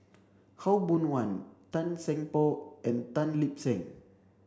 Khaw Boon Wan Tan Seng Poh and Tan Lip Seng